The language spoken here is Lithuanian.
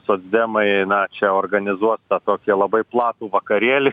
socdemai na čia organizuos tokį labai platų vakarėlį